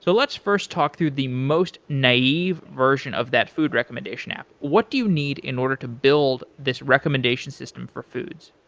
so let's first talk through the most naive version of that food recommendation app. what do you need in order to build this recommendation system for foods?